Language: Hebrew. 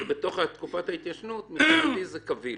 בתוך תקופת ההתיישנות מבחינתי זה קביל.